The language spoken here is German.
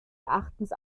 erachtens